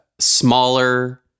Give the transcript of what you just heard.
smaller